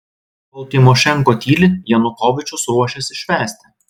kol tymošenko tyli janukovyčius ruošiasi švęsti